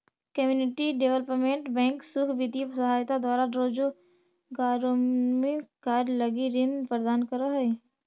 community development bank सुख वित्तीय सहायता द्वारा रोजगारोन्मुख कार्य लगी ऋण प्रदान करऽ हइ